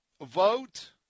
Vote